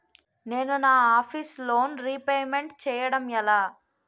నేను నా office loan repayment చేయడం ఎలా?